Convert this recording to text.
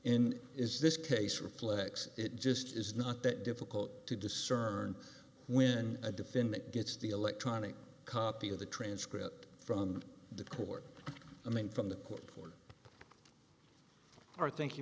is this case reflects it just is not that difficult to discern when a defendant gets the electronic copy of the transcript from the court i mean from the court for our thank